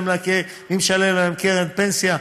מי משלם להם קרן פנסיה,